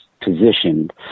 positioned